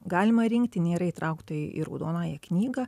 galima rinkti nėra įtraukta į raudonąją knygą